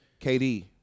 KD